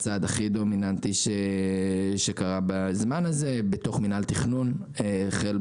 הצעד הכי דומיננטי שקרה בזמן הזה; ובתוך מינהל תכנון החל,